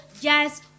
yes